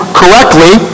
correctly